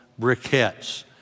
briquettes